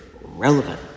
relevant